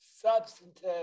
substantive